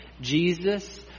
Jesus